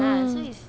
mm